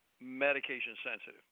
medication-sensitive